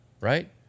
Right